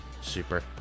super